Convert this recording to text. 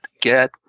get